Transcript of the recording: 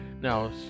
now